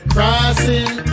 Crossing